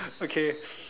okay